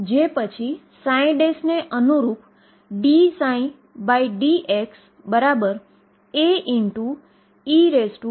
અહીં ψ x 0 એ 0 છે જે બાઉન્ડ્રી કન્ડીશન છે